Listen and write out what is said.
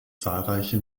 zahlreiche